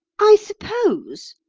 i suppose,